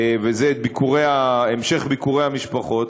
וזה את המשך ביקורי המשפחות,